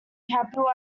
capital